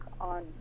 on